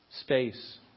space